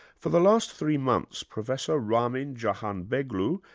for the last three months professor ramin jahanbegloo,